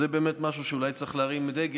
זה באמת משהו שאולי צריך להרים דגל.